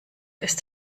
ist